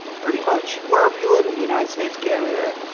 pretty much wherever you live in the united states, canada,